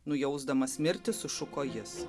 nujausdamas mirtį sušuko jis